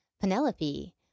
Penelope